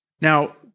Now